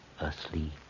asleep